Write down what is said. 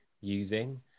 using